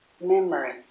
memory